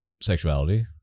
sexuality